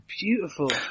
beautiful